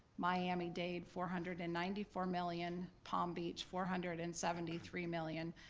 miami-dade four hundred and ninety four million, palm beach four hundred and seventy three million.